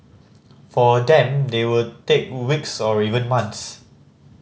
for them they will take weeks or even months